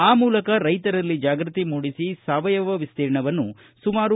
ಆ ಮೂಲಕ ರೈತರಲ್ಲಿ ಜಾಗೃತಿ ಮೂಡಿಸಿ ಸಾವಯವ ವಿಸ್ತಿರ್ಣವನ್ನು ಸುಮಾರು